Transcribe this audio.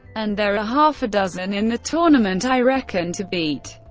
and there are half-a-dozen in the tournament i reckon to beat.